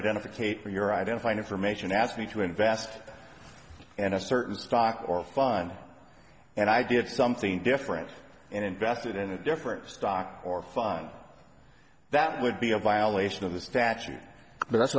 identification or your identifying information ask me to invest in a certain stock or fun and i did something different and invested in a different stock or that would be a violation of the statute but that's